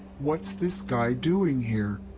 what's this guy doing here?